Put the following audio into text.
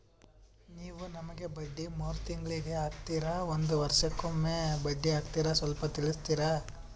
ನೀವು ನಮಗೆ ಬಡ್ಡಿ ಮೂರು ತಿಂಗಳಿಗೆ ಹಾಕ್ತಿರಾ, ಒಂದ್ ವರ್ಷಕ್ಕೆ ಒಮ್ಮೆ ಬಡ್ಡಿ ಹಾಕ್ತಿರಾ ಸ್ವಲ್ಪ ತಿಳಿಸ್ತೀರ?